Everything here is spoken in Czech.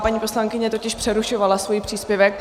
Paní poslankyně totiž přerušovala svůj příspěvek.